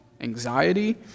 anxiety